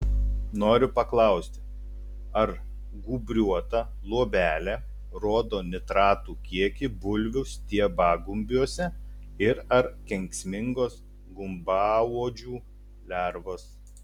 noriu paklausti ar gūbriuota luobelė rodo nitratų kiekį bulvių stiebagumbiuose ir ar kenksmingos gumbauodžių lervos